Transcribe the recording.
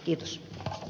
kiitos l